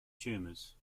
tumors